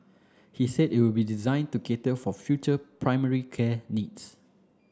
he said it will be designed to cater for future primary care needs